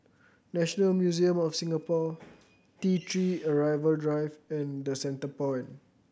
National Museum of Singapore T Three Arrival Drive and The Centrepoint